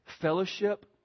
Fellowship